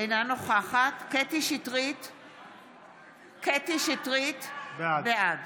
אינה נוכחת קטי קטרין שטרית, בעד